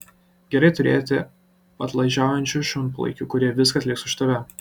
gerai turėti padlaižiaujančių šunpalaikių kurie viską atliks už tave